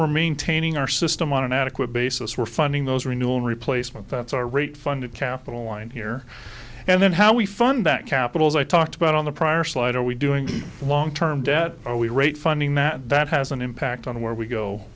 we're maintaining our system on an adequate basis we're funding those renewal and replacement that's our rate funded capital wind here and then how we fund that capital as i talked about on the prior slide are we doing long term debt or we rate funding that that has an impact on where we go